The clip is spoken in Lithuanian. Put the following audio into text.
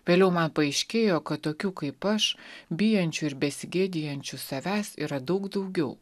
vėliau man paaiškėjo kad tokių kaip aš bijančių ir besigėdijančių savęs yra daug daugiau